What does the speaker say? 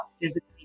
physically